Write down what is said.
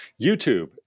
YouTube